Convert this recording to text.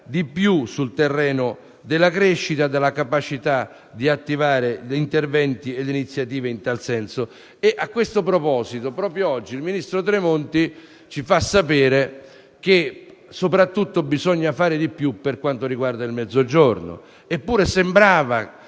di più sul terreno della crescita, della capacità di attivare interventi e iniziative in tal senso. A questo proposito, proprio oggi il ministro Tremonti ci fa sapere che anzitutto bisogno fare di più per quanto riguarda il Mezzogiorno.